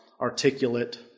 articulate